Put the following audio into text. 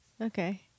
Okay